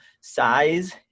size